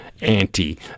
anti